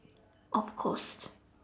of course